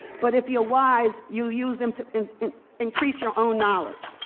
but if you're wise, you'll use them to increase your own knowledge.